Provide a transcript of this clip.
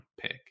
pick